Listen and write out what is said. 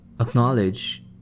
acknowledge